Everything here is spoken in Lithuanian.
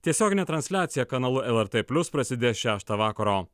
tiesioginė transliacija kanalu lrt plius prasidės šeštą vakaro